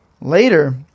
Later